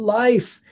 life